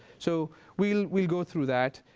so we'll we'll go through that.